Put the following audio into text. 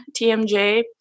TMJ